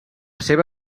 seva